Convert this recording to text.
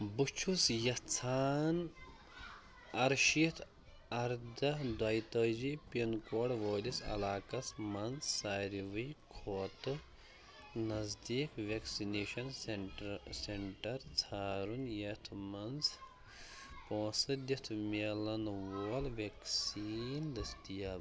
بہٕ چھُس یَژھان اَرشیٖتھ اَرداہ دۄیہِ تٲجی پِن کوڈ وٲلِس علاقَس منٛز ساروٕے کھۄتہٕ نزدیٖک وٮ۪کسِنیشَن سٮ۪نٹرٛ سٮ۪نٹَر ژھارُن یَتھ منٛز پونسہٕ دِتھ میلَن وول وٮ۪کسیٖن دٔستیاب